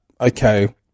okay